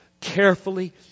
carefully